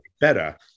better